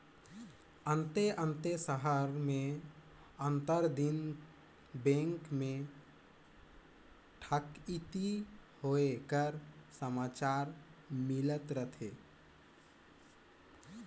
अन्ते अन्ते सहर में आंतर दिन बेंक में ठकइती होए कर समाचार मिलत रहथे